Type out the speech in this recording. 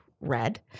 red